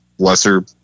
Lesser